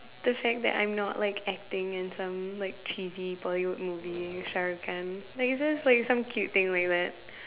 to say that I'm not like acting in some like cheesy Bollywood movie Shah-Rukh-Khan like it's just like some cute thing like that